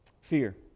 Fear